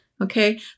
Okay